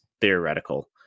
theoretical